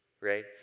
right